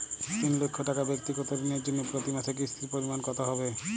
তিন লক্ষ টাকা ব্যাক্তিগত ঋণের জন্য প্রতি মাসে কিস্তির পরিমাণ কত হবে?